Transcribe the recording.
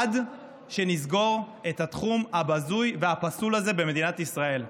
עד שנסגור את התחום הבזוי והפסול הזה במדינת ישראל.